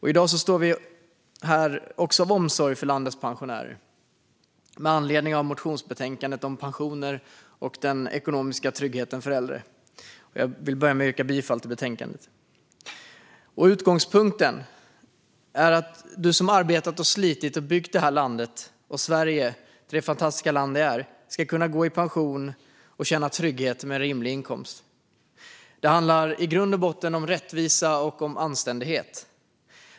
I dag står vi här, också av omsorg om landets pensionärer, med anledning av motionsbetänkandet om pensioner och den ekonomiska tryggheten för äldre. Jag yrkar bifall till förslaget i betänkandet. Utgångspunkten är att du som har arbetat och slitit och byggt landet Sverige till det fantastiska land det är ska kunna gå i pension och känna trygghet med en rimlig inkomst. Det handlar i grund och botten om rättvisa och anständighet.